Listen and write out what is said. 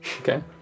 Okay